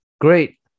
Great